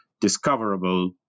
discoverable